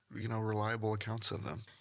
you know, reliable accounts of them.